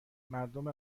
مردم